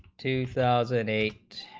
two thousand and eight